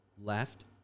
left